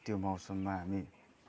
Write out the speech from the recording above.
त्यो मौसममा हामी